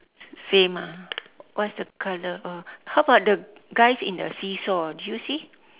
s~ same ah what's the color of how about the guys in the seesaw do you see